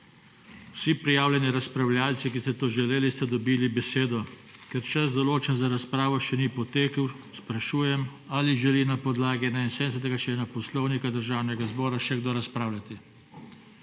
Vsi prijavljeni razpravljavci, ki ste to želeli, ste dobili besedo. Kar čas, določen za razpravo, še ni potekel, sprašujem, ali želi na podlagi 70. člena Poslovnika Državnega zbor še kdo razpravljati.